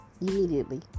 immediately